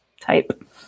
type